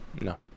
no